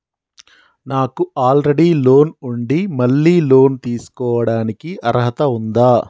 నాకు already loan ఉండి మళ్ళీ లోన్ తీసుకోవడానికి అర్హత ఉందా?